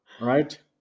right